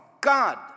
God